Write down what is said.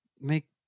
make